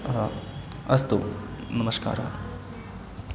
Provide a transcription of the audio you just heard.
हा अस्तु नमस्कारः